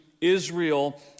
Israel